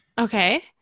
Okay